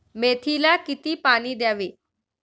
मेथीला किती पाणी द्यावे?